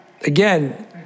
again